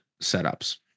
setups